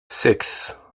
six